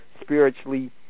spiritually